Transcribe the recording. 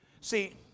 See